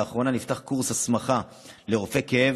לאחרונה נפתח קורס הסמכה לרופאי כאב